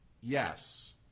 Yes